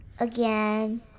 Again